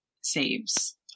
saves